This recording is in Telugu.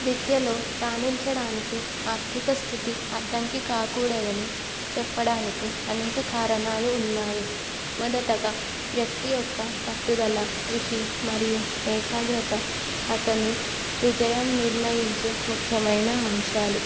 విద్యలో రాణించడానికి ఆర్థిక స్థితి అడ్డంకి కాకూడదని చెప్పడానికి అనేక కారణాలు ఉన్నాయి మొదటగా వ్యక్తి యొక్క పట్టుదల కృషి మరియు ఏకాగ్రత అతని విజయం నిర్ణయించే ముఖ్యమైన అంశాలు